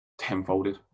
tenfolded